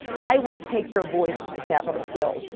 i will take your voices to capitol hill.